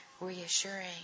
reassuring